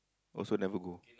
also never go